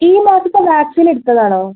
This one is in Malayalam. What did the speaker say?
ഈ മാസത്തെ വാക്സിൻ എടുത്തതാണോ